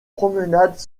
promenade